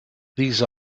these